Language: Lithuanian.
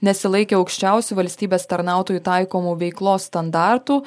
nesilaikė aukščiausių valstybės tarnautojų taikomų veiklos standartų